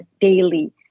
daily